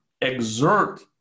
exert